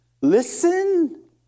Listen